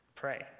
pray